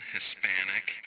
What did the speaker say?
Hispanic